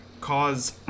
cause